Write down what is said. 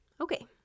Okay